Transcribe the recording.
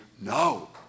No